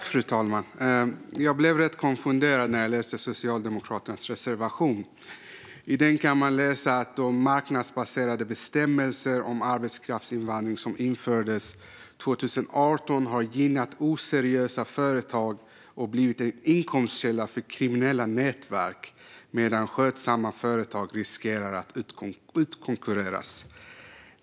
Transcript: Fru talman! Jag blev rätt konfunderad när jag läste Socialdemokraternas reservation. I den kan man läsa att de marknadsbaserade bestämmelser om arbetskraftsinvandring som infördes 2018 har gynnat oseriösa företag och blivit en inkomstkälla för kriminella nätverk medan skötsamma företag riskerar att utkonkurreras.